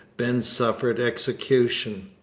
ben suffered execution.